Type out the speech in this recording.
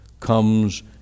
comes